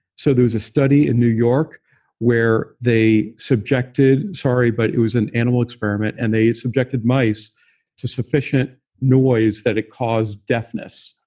so there's a study in new york where they subjected, sorry, but it was an animal experiment. and they subjected mice to sufficient noise that it caused deafness.